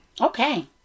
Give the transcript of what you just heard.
Okay